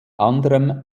anderem